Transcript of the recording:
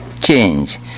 change